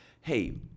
hey